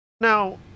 now